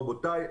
רבותיי,